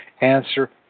answer